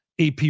AP